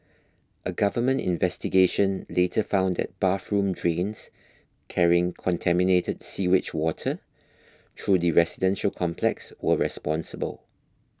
a government investigation later found that bathroom drains carrying contaminated sewage water through the residential complex were responsible